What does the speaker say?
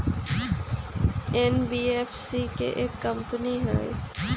NBFC एक company हई?